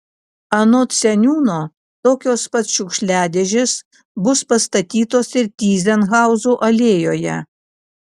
anot seniūno tokios pat šiukšliadėžės bus pastatytos ir tyzenhauzų alėjoje